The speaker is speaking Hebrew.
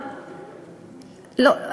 לא,